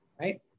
right